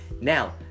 Now